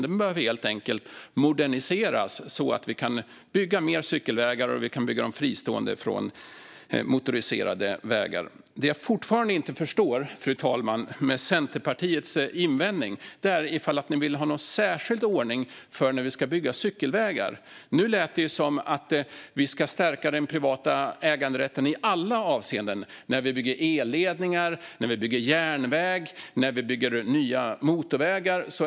Den behöver helt enkelt moderniseras så att vi kan bygga mer cykelvägar - och bygga dem fristående från motoriserade vägar. Det jag fortfarande inte förstår med Centerpartiets invändning, fru talman, är om man vill ha någon särskild ordning för att bygga cykelvägar. Nu lät det som att vi ska stärka den privata äganderätten i alla avseenden: när vi bygger elledningar, när vi bygger järnväg och när vi bygger nya motorvägar.